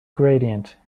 gradient